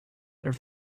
their